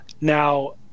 Now